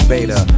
Beta